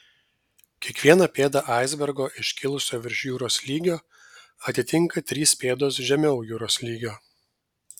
kiekvieną pėdą aisbergo iškilusio virš jūros lygio atitinka trys pėdos žemiau jūros lygio